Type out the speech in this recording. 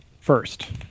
First